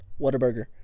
Whataburger